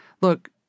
look